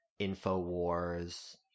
Infowars